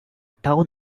town